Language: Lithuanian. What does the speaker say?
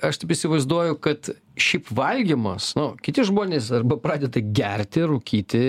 aš taip įsivaizduoju kad šiaip valgymas nu kiti žmonės arba pradeda gerti rūkyti